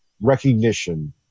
recognition